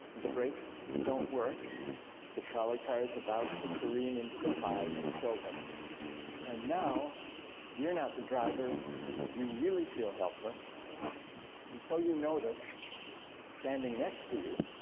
the brakes don't work the trolley car is about to careen into the five and kill them and now you're not the driver you really feel helpless until you notice standing next to you